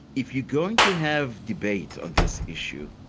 if you're going to have debate on this issue,